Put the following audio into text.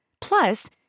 Plus